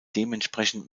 dementsprechend